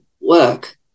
work